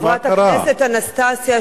חברת הכנסת אנסטסיה,